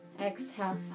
Exhale